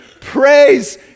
Praise